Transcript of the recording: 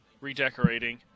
redecorating